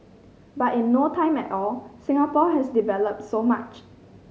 but in no time at all Singapore has developed so much